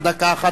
ודקה אחת,